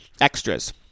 extras